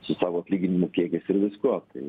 su savo atlyginimų kiekiais ir viskuo tai